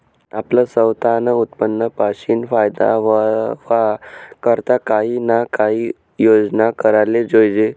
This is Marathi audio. आपलं सवतानं उत्पन्न पाशीन फायदा व्हवा करता काही ना काही योजना कराले जोयजे